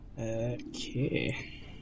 Okay